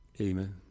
Amen